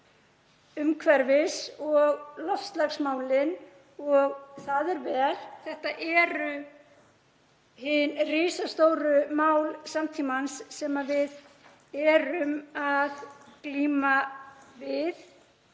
umhverfis- og loftslagsmálin og það er vel. Þetta eru hin risastóru mál samtímans sem við erum að glíma við.